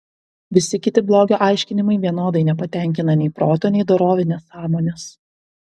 visi kiti blogio aiškinimai vienodai nepatenkina nei proto nei dorovinės sąmonės